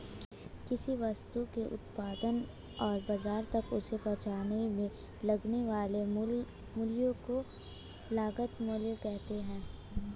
किसी वस्तु के उत्पादन और बाजार तक उसे पहुंचाने में लगने वाले मूल्य को लागत मूल्य कहते हैं